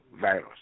virus